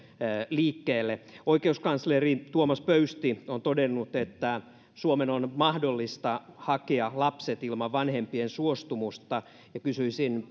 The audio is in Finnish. liikkeelle oikeuskansleri tuomas pöysti on todennut että suomen on mahdollista hakea lapset ilman vanhempien suostumusta kysyisin